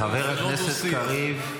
חבר הכנסת קריב.